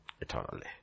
Eternally